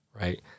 right